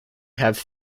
have